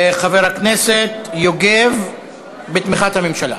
חבר הכנסת יוגב, בתמיכת הממשלה.